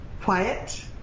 Quiet